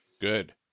Good